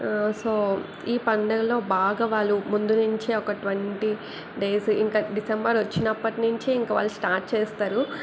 so ఈ పండగలో బాగా వాళ్ళు ముందు నుంచే ఒక ట్వంటీ డేస్ ఇంకా డిసెంబర్ వచ్చినప్పటి నుంచే ఇంక వాళ్ళు స్టార్ట్ చేస్తారు